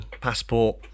passport